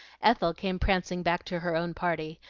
ethel came prancing back to her own party,